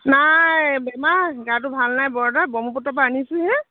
নাই বেমাৰ গাটো ভাল নাই বৰ এটা বহ্মপুত্ৰৰ পৰা আনিছোঁহে